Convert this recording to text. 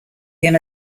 him